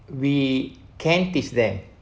we can teach them